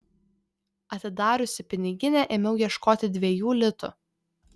atidariusi piniginę ėmiau ieškoti dviejų litų